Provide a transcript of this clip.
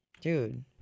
Dude